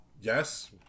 yes